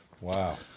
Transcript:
Wow